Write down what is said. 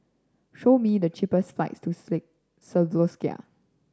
show me the cheapest flights to